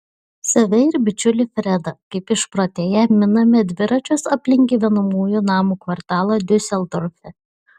save ir bičiulį fredą kaip išprotėję miname dviračius aplink gyvenamųjų namų kvartalą diuseldorfe